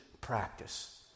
practice